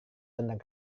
tentang